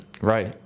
right